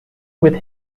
with